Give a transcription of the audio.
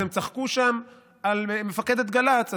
הם צחקו שם על מפקדת גל"צ,